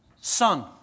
son